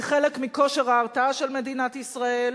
היא חלק מכושר ההרתעה של מדינת ישראל,